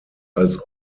als